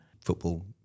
football